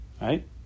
Right